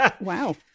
Wow